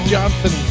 Johnson